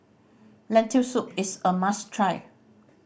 Lentil Soup is a must try